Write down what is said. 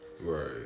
Right